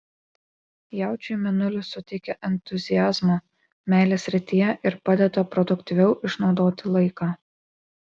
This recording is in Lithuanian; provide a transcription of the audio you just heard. jaučiui mėnulis suteikia entuziazmo meilės srityje ir padeda produktyviau išnaudoti laiką